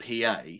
PA